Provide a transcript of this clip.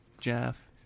jeff